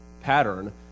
pattern